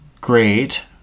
great